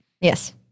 Yes